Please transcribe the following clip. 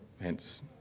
hence